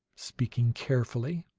speaking carefully,